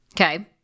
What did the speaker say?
Okay